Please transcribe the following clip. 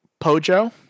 Pojo